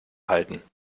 halten